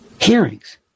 hearings